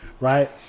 Right